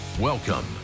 Welcome